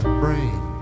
brain